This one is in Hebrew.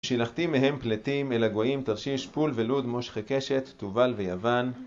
שילחתי מהם פליטים אל הגויים, תרשיש פול ולוד, מושכי קשת, תובל ויוון